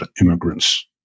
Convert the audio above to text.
immigrants